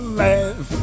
laugh